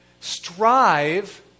strive